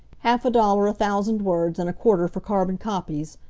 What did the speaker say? half a dollar a thousand words, and a quarter for carbon copies.